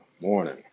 morning